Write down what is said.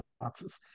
boxes